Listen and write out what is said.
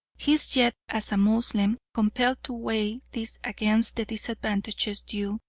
he is yet as a moslem compelled to weigh these against the disadvantages due,